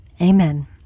Amen